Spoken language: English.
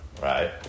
Right